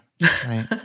right